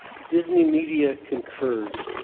disney media concurs.